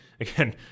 again